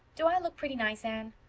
do i look pretty nice, anne?